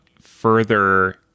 further